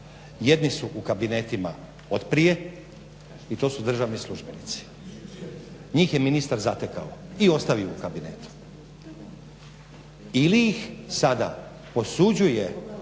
Jedni su u kabinetima od prije i to su državni službenici. Njih je ministar zatekao i ostaju u kabinetu ili ih sada posuđuje